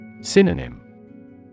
Synonym